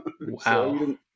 Wow